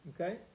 Okay